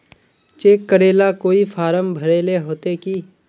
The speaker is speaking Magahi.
चेक करेला कोई फारम भरेले होते की?